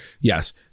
Yes